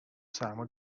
سرما